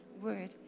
word